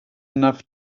enough